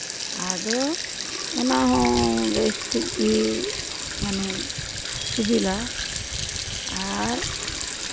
ᱟᱫᱚ ᱚᱱᱟ ᱦᱚᱸ ᱵᱮᱥ ᱴᱷᱤᱠ ᱜᱮ ᱢᱟᱱᱮ ᱥᱤᱵᱤᱞᱟ ᱟᱨ